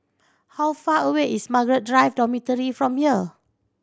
how far away is Margaret Drive Dormitory from here